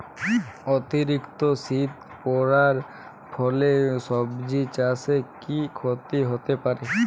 অতিরিক্ত শীত পরার ফলে সবজি চাষে কি ক্ষতি হতে পারে?